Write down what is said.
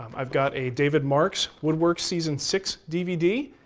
um i've got a david mark's woodwork season six dvd.